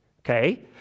okay